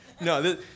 No